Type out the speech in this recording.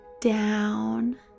down